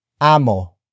amo